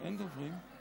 אין דוברים.